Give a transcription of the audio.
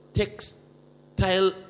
textile